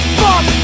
fuck